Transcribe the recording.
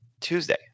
Tuesday